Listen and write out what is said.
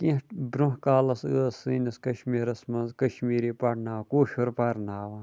کیٚنٛہہ برٛونٛہہ کالَس ٲس سٲنِس کَشمیٖرَس منٛز کَشمیٖری پَرناو کوشُر پَرناوان